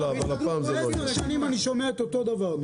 עשר שנים אני שומע את אותו הדבר.